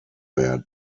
werden